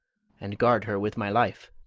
and guard her with my life.